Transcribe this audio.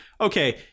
okay